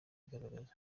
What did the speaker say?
igaragaza